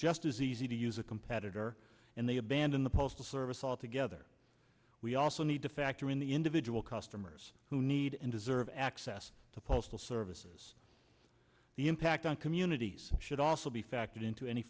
just as easy to use a competitor and they abandon the postal service altogether we also need to factor in the individual customers who need and deserve access to postal services the impact on communities should also be factored into any